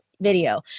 video